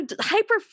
hyper